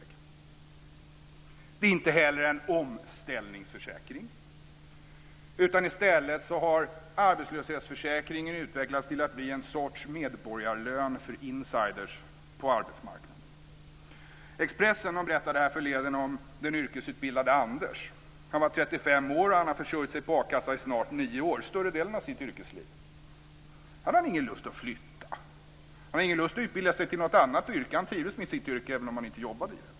Det är inte heller en omställningsförsäkring, utan i stället har arbetslöshetsförsäkringen utvecklats till att bli en sorts medborgarlön för insiders på arbetsmarknaden. Expressen berättade härförleden om den yrkesutbildade Anders. Han var 35 år, och han har försörjt sig på a-kassa i snart nio år - större delen av sitt yrkesliv. Han hade ingen lust att flytta. Han hade ingen lust att utbilda sig till något annat yrke. Han trivdes med sitt yrke, även om han inte jobbade i det.